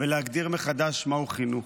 ולהגדיר מחדש מהו חינוך.